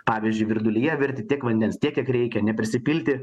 pavyzdžiui virdulyje virti tiek vandens tiek kiek reikia neprisipilti